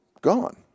gone